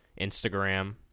instagram